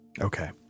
Okay